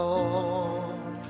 Lord